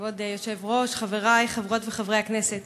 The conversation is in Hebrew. כבוד היושב-ראש, חברי חברות וחברי הכנסת